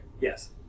yes